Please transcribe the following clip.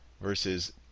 versus